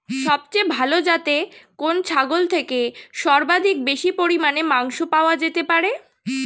সবচেয়ে ভালো যাতে কোন ছাগল থেকে সর্বাধিক বেশি পরিমাণে মাংস পাওয়া যেতে পারে?